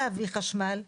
גם לחה"כ